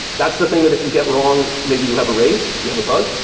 that's the thing that if you get wrong, maybe you have a race, you have a bug.